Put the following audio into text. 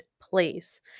place